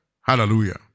Hallelujah